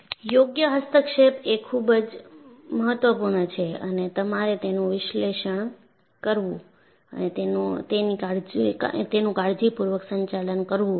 યોગ્ય હસ્તક્ષેપ એ ખૂબ જ મહત્વપૂર્ણ છે અને તમારે તેનું વિશ્લેષણ કરવું અને તેનું કાળજીપૂર્વક સંચાલન કરવું પડશે